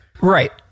right